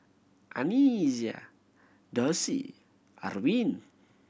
Anais Dossie Arvin